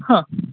हां